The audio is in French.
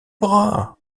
bras